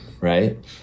right